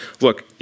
look